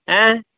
ಆಂ